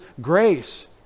grace